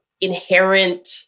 inherent